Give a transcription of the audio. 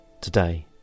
today